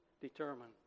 determine